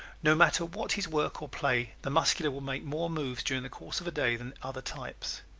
no matter what his work or play the muscular will make more moves during the course of a day than other types.